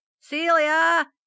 Celia